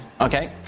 Okay